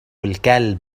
الكلب